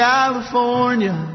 California